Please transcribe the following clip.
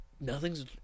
nothing's